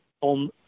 on